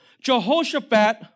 Jehoshaphat